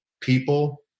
people